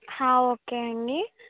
okay అండి